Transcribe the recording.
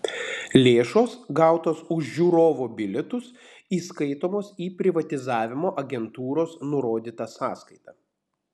lėšos gautos už žiūrovo bilietus įskaitomos į privatizavimo agentūros nurodytą sąskaitą